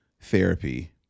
therapy